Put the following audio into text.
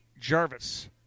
Jarvis